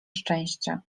szczęścia